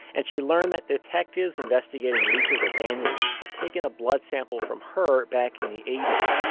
and she learned that detectives investigating lisa's abandonment had taken a blood sample from her back in the eighty s.